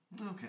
Okay